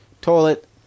Toilet